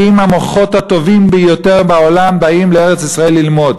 המוחות הטובים ביותר בעולם באים לארץ-ישראל ללמוד,